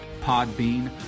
Podbean